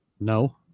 No